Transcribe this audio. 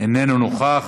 איננו נוכח.